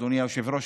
אדוני היושב-ראש,